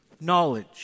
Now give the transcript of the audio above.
knowledge